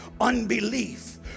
unbelief